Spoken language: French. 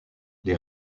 les